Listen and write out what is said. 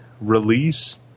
release